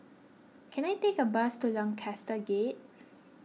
can I take a bus to Lancaster Gate